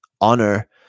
Honor